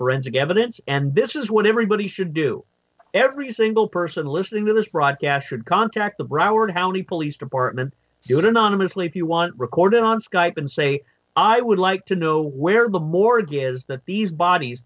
forensic evidence and this is what everybody should do every single person listening to this broadcast should contact the broward county police department do it anonymously if you want recorded on skype and say i would like to know where the morgue is that these bodies